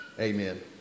Amen